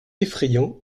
effrayant